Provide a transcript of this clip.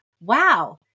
wow